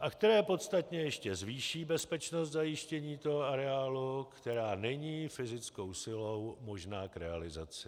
a které podstatně ještě zvýší bezpečnost zajištění toho areálu, která není fyzickou silou možná k realizaci.